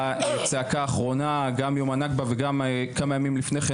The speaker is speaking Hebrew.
הצעקה האחרונה גם ביום הנכבה וגם כמה ימים לפני כן